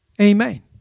Amen